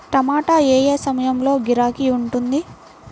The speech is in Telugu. టమాటా ఏ ఏ సమయంలో గిరాకీ ఉంటుంది?